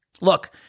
look